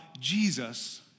Jesus